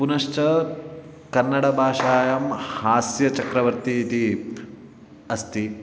पुनश्च कन्नडभाषायां हास्यचक्रवर्ति इति अस्ति